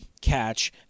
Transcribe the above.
catch